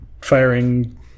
firing